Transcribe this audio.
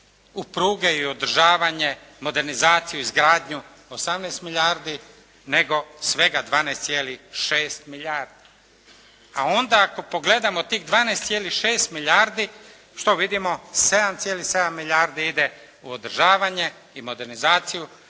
u pruge i održavanje modernizaciju i izgradnju 18 milijardi nego svega 12,6 milijardi. A onda ako pogledamo tih 12,6 milijardi što vidimo? 7,7 milijardi ide u održavanje i modernizaciju,